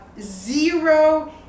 zero